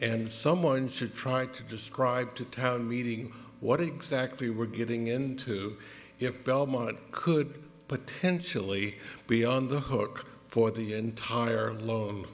and someone should try to describe to town meeting what exactly we're getting into if belmont could potentially be on the hook for the entire lo